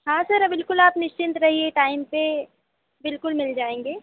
हाँ सर हाँ बिल्कुल आप निश्चिंत रहिए टाइम से बिल्कुल मिल जाएँगे